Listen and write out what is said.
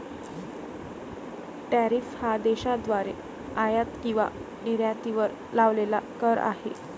tariff हा देशाद्वारे आयात किंवा निर्यातीवर लावलेला कर आहे